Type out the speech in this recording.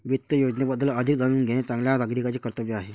वित्त योजनेबद्दल अधिक जाणून घेणे चांगल्या नागरिकाचे कर्तव्य आहे